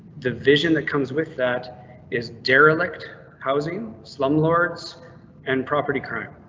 the vision that comes with that is derelict housing, slumlords and property crime.